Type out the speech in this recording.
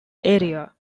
area